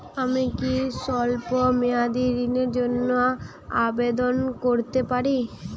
আমি কি স্বল্প মেয়াদি ঋণের জন্যে আবেদন করতে পারি?